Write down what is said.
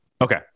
Okay